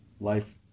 life